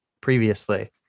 previously